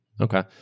Okay